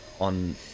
on